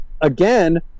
again